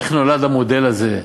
איך נולד המודל הזה,